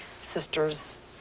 sister's